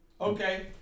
Okay